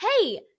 Hey